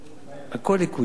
הכול יקוים,